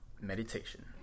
meditation